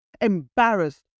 embarrassed